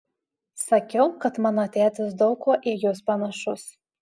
sakiau kad mano tėtis daug kuo į jus panašus